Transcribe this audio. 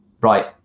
right